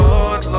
Lord